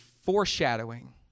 foreshadowing